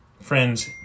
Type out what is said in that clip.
friends